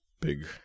big